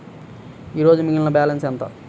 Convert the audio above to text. ఈరోజు మిగిలిన బ్యాలెన్స్ ఎంత?